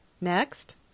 Next